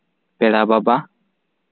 ᱯᱮᱲᱟ ᱵᱟᱵᱟ